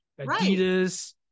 Adidas